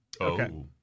Okay